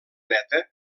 neta